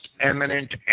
eminent